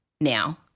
Now